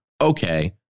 okay